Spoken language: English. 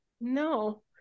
no